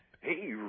Hey